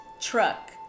truck